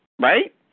right